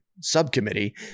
Subcommittee